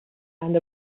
and